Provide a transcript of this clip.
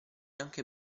anche